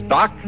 Doc